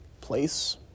place